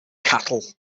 cattle